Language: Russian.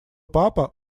папа